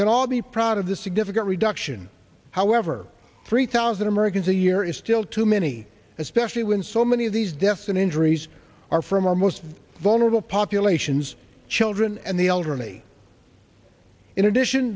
can all be proud of the significant reduction however three thousand americans a year is still too many especially when so many of these deaths and injuries are from our most vulnerable populations children and the older me in addition